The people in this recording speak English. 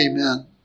Amen